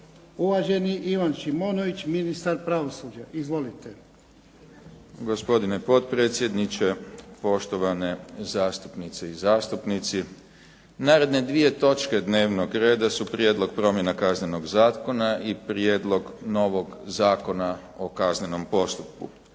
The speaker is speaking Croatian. Uvaženi Ivan Šimonović, ministar pravosuđa. Izvolite. **Šimonović, Ivan** Gospodine potpredsjedniče, poštovane zastupnice i zastupnici. Naredne dvije točke dnevnog reda su prijedlog promjena Kaznenog zakona i prijedlog novog Zakona o kaznenom postupku.